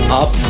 up